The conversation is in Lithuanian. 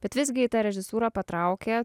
bet visgi ta režisūra patraukė